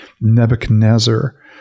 Nebuchadnezzar